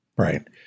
Right